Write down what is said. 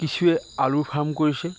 কিছুৱে আলু ফাৰ্ম কৰিছে